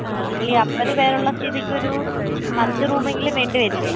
നിങ്ങൾ ഈ അമ്പത് പേരുള്ള സ്ഥിതിക്ക് ഒരൂ പത്ത് റൂമെങ്കിലും വേണ്ടി വരില്ലേ